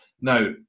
Now